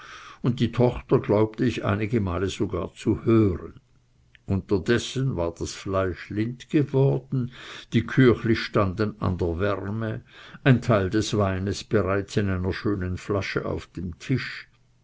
und die tochter glaubte ich einige male sogar zu hören unterdessen war das fleisch lind geworden die küchli standen an der wärme ein teil des weines bereits in einer schönen flasche auf dem tische